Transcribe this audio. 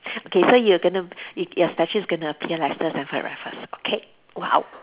okay so you're gonna y~ your statue is going to appear like sir Stamford Raffles okay !wow!